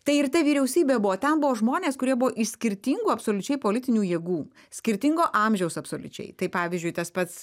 tai ir ta vyriausybė buvo ten buvo žmonės kurie buvo iš skirtingų absoliučiai politinių jėgų skirtingo amžiaus absoliučiai tai pavyzdžiui tas pats